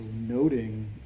noting